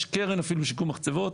יש קרן אפילו לשיקום מחצבות,